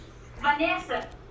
Vanessa